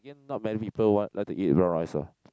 again not many people want like to eat brown rice ah